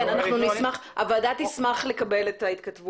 כן, הוועדה תשמח לקבל את ההתכתבות.